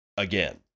Again